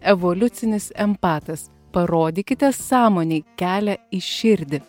evoliucinis empatas parodykite sąmonei kelią į širdį